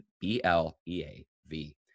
B-L-E-A-V